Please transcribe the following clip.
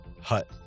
hut